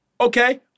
okay